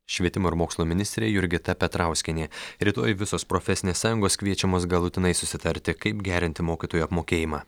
švietimo ir mokslo ministrė jurgita petrauskienė rytoj visos profesinės sąjungos kviečiamos galutinai susitarti kaip gerinti mokytojų apmokėjimą